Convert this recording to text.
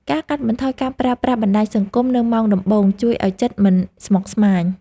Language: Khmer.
ការកាត់បន្ថយការប្រើប្រាស់បណ្តាញសង្គមនៅម៉ោងដំបូង ជួយឱ្យចិត្តមិនស្មុគស្មាញ។